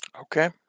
Okay